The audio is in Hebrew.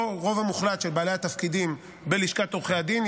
הרוב המוחלט של בעלי התפקידים בלשכת עורכי הדין,